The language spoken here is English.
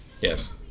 Yes